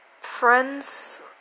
Friends